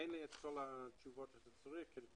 אין לי את כל התשובות שאתה צריך כי